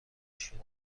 شدند